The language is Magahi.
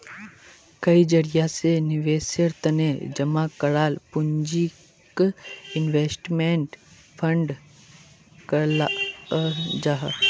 कई जरिया से निवेशेर तने जमा कराल पूंजीक इन्वेस्टमेंट फण्ड कहाल जाहां